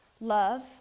Love